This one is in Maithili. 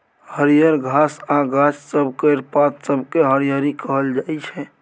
हरियर घास आ गाछ सब केर पात सबकेँ हरियरी कहल जाइ छै